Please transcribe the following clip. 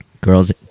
Girls